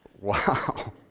Wow